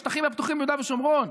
בשטחים הפתוחים ביהודה ושומרון.